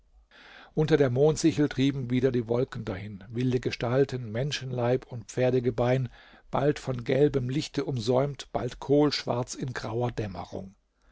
unter der mondsichel trieben wieder die wolken dahin wilde gestalten menschenleib und pferdegebein bald von gelbem lichte umsäumt bald kohlschwarz in grauer dämmerung